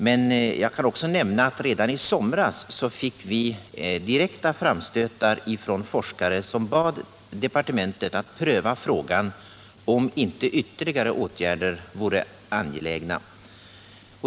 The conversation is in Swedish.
Men jag kan också nämna att vi redan i somras fick direkta framstötar från forskare, som bad departementet att pröva frågan om inte ytterligare åtgärder vore angelägna.